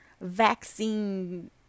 vaccine